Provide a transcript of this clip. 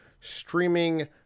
streaming